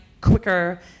quicker